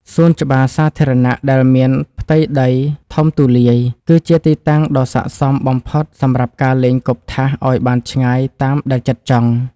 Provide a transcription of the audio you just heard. សួនច្បារសាធារណៈដែលមានផ្ទៃដីធំទូលាយ គឺជាទីតាំងដ៏ស័ក្តិសមបំផុតសម្រាប់ការលេងគប់ថាសឱ្យបានឆ្ងាយតាមដែលចិត្តចង់។